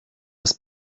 das